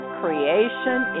creation